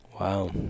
wow